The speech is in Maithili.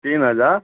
तीन हजार